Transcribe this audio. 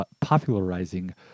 popularizing